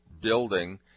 building